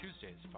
Tuesdays